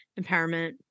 empowerment